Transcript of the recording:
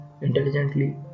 intelligently